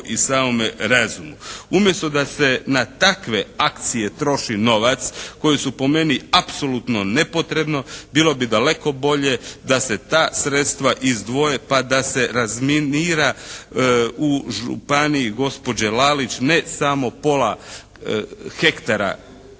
i samome razumu. Umjesto da se na takve akcije troši novac koje su po meni apsolutno nepotrebne bilo bi daleko bolje da se ta sredstva izdvoje pa da se razminira u županiji gospođe Lalić ne samo pola hektara